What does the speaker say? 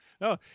No